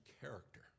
character